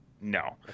no